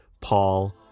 paul